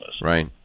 Right